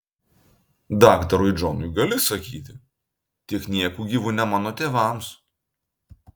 daktarui džonui gali sakyti tik nieku gyvu ne mano tėvams